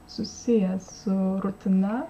susijęs su rutina